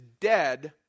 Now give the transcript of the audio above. dead